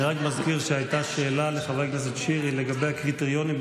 אני רק מזכיר שלחבר הכנסת שירי הייתה שאלה לגבי הקריטריונים,